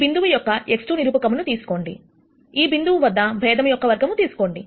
ఈ బిందువు యొక్క x2 నిరూపక మును తీసుకోండి ఈ బిందువు వద్ద భేదము యొక్క వర్గము తీసుకోండి